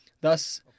Thus